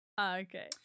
Okay